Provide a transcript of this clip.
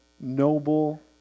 noble